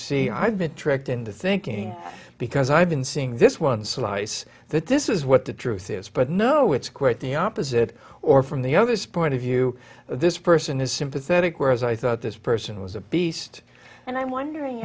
see i've been tricked into thinking because i've been seeing this one slice that this is what the truth is but no it's quite the opposite or from the obvious point of view this person is sympathetic whereas i thought this person was a beast and i'm wondering